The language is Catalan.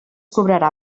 cobrarà